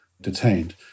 detained